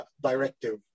directive